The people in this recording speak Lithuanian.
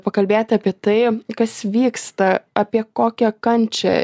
pakalbėti apie tai kas vyksta apie kokią kančią